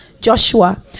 Joshua